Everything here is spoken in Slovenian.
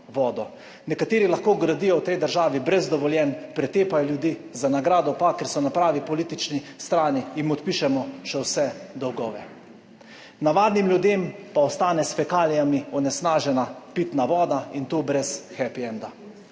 Nekateri lahko gradijo v tej državi brez dovoljenj, pretepajo ljudi, za nagrado pa, ker so na pravi politični strani, jim odpišemo še vse dolgove. Navadnim ljudem pa ostane s fekalijami onesnažena pitna voda, in to brez happy enda.